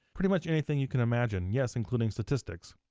pretty much anything you can imagine. yes, including statistics.